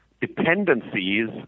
dependencies